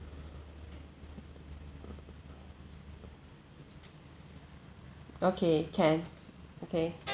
okay can okay